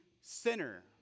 sinner